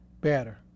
better